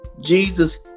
Jesus